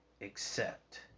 Accept